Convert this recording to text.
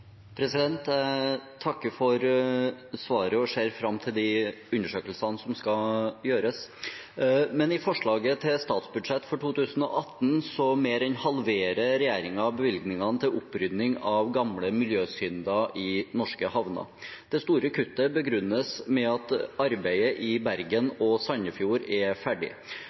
de undersøkelsene som skal gjøres. I forslaget til statsbudsjett for 2018 mer enn halverer regjeringen bevilgningene til opprydning av gamle miljøsynder i norske havner. Det store kuttet begrunnes med at arbeidet i Bergen og Sandefjord er ferdig.